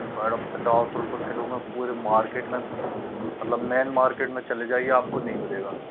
madam पचास रुपये किलो में पूरे मार्केट में मतलब मैन मार्केट में चले जाइए आप को नहीं मिलेगा